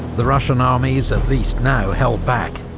the russian armies at least now held back,